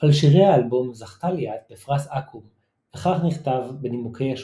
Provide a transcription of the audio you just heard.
על שירי האלבום זכתה ליאת בפרס אקו״ם וכך נכתב בנימוקי השופטים